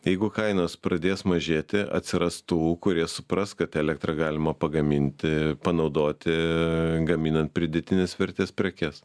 jeigu kainos pradės mažėti atsiras tų kurie supras kad elektrą galima pagaminti panaudoti gaminant pridėtinės vertės prekes